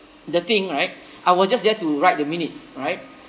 the thing right I was just there to write the minutes right